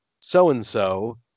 so-and-so